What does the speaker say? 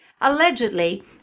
Allegedly